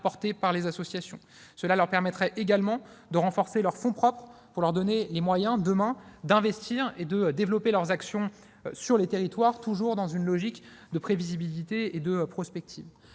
portée par les associations. Cela leur permettrait également de renforcer leurs fonds propres, leur donnant les moyens, demain, d'investir et de développer leurs actions sur les territoires, dans une logique, toujours, de prévisibilité et de prospective.